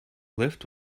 lift